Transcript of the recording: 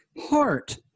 heart